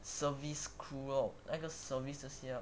service crew lor 那个 service 这些 lah